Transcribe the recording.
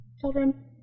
children